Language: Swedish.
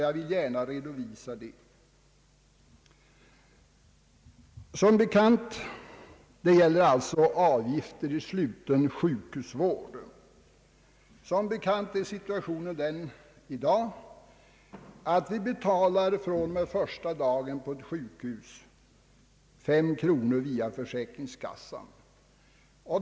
Jag vill gärna redovisa mina synpunkter härvidlag. Det gäller alltså avgifterna vid sluten sjukhusvård. Som bekant är situationen i dag den att vi fr.o.m. första dagen på ett sjukhus betalar 5 kronor via försäkringskassan.